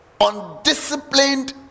undisciplined